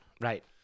right